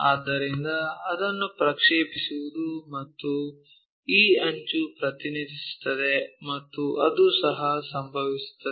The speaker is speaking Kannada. ಆದ್ದರಿಂದ ಅದನ್ನು ಪ್ರಕ್ಷೇಪಿಸುವುದು ಮತ್ತು ಈ ಅಂಚು ಪ್ರತಿನಿಧಿಸುತ್ತದೆ ಮತ್ತು ಅದು ಸಹ ಸಂಭವಿಸುತ್ತದೆ